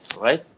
right